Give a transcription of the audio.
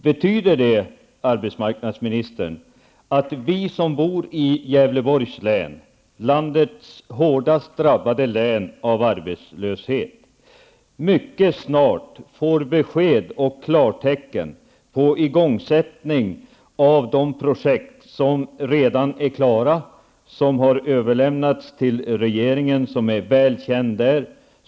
Betyder det, arbetsmarknadsministern, att vi som bor i Gävleborgs län, det län som är hårdast drabbat av arbetslöshet, mycket snart får besked och klartecken om igångsättning av de projekt som redan är klara, som har överlämnats till regeringen och som är väl kända för regeringen.